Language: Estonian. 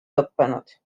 lõppenud